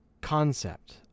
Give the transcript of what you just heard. concept